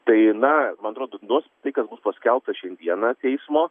tai na man atrodo nuos tai kas bus paskelbta šiandieną teismo